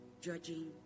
judging